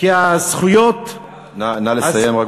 נא לסיים.